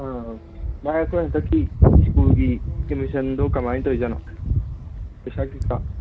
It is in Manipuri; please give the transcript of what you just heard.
ꯕꯥꯏ ꯑꯩꯈꯣꯏ ꯍꯟꯗꯛꯀꯤ ꯁ꯭ꯀꯨꯜꯒꯤ ꯑꯦꯠꯃꯤꯁꯟꯗꯣ ꯀꯃꯥꯏꯅ ꯇꯧꯔꯤ ꯖꯥꯠꯅꯣ ꯄꯩꯁꯥ ꯀꯩꯀꯥ